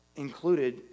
included